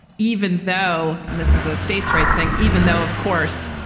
even though and this is a states rights thing even though, of course,